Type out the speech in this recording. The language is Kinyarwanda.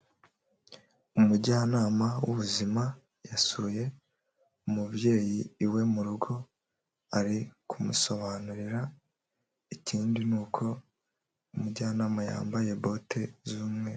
Umujyanama w'ubuzima yasuye umubyeyi iwe mu rugo ari kumusobanurira, ikindi ni uko umujyanama yambaye bote z'umweru.